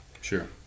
Sure